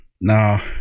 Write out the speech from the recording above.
Now